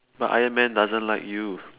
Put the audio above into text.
but iron man doesn't like you